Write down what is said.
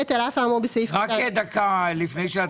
סליחה שאני